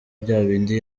byabindi